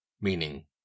Meaning